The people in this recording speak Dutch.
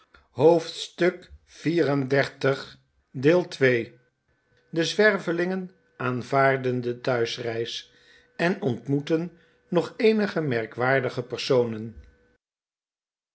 hoofdstuk xxxiv de zwervelingen aanvaarden de thuisreis en ontmoeten nog eenige merkwaardige personen